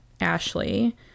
Ashley